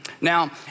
Now